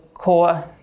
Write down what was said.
core